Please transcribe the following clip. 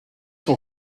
ton